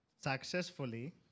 successfully